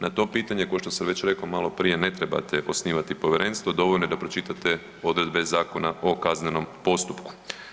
Na to pitanje, ko što sam već rekao malo prije ne trebate osnivati povjerenstvo dovoljno je da pročitate odredbe Zakona o kaznenom postupku.